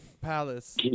Palace